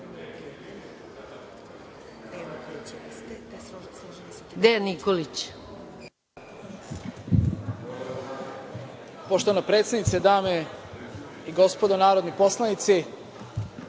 **Dejan Nikolić** Poštovana predsednice, dame i gospodo narodni poslanici,